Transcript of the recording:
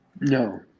No